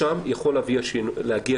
שם יכול להגיע שינוי.